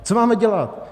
Co máme dělat?